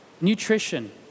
Nutrition